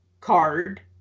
card